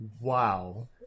Wow